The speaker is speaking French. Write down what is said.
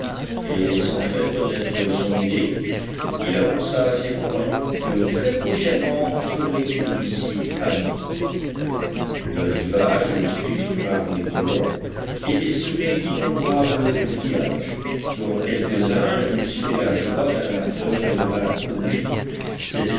et sans faire connaître son idée il annonça à ses compagnons que très prochainement on ferait une visite à l'îlot le rivage suivi par les colons était semé d'innombrables coquillages dont quelques-uns eussent fait la joie d'un amateur de